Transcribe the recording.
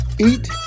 Eat